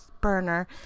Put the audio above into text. burner